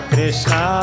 Krishna